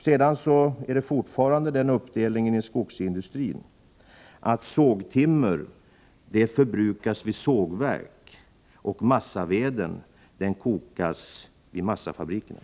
Vidare: Man har fortfarande den uppdelningen inom skogsindustrin att sågtimmer förbrukas vid sågverk och att massaveden kokas vid massafabrikerna.